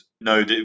no